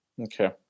Okay